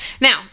Now